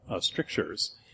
strictures